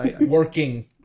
Working